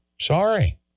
Sorry